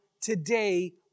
today